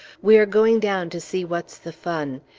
we are going down to see what's the fun.